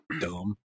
dumb